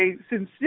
sincerely